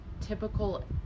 typical